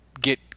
get